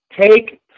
Take